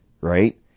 right